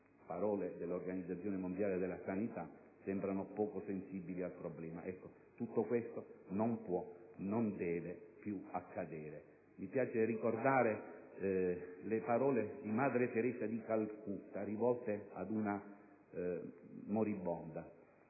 parole dell'Organizzazione mondiale della sanità - sembrano poco sensibili al problema. Tutto questo non può e non deve più accadere. Mi piace ricordare le parole rivolte da Madre Teresa di Calcutta ad una moribonda.